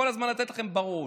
כל הזמן לתת לכם בראש,